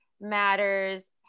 Matters